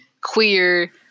Queer